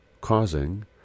causing